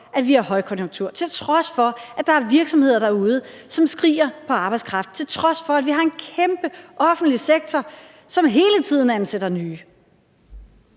at vi har højkonjunktur; til trods for at der er virksomheder derude, som skriger på arbejdskraft; til trods for at vi har en kæmpe offentlig sektor, som hele tiden ansætter nye.